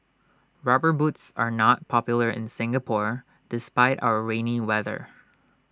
rubber boots are not popular in Singapore despite our rainy weather